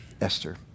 Esther